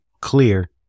clear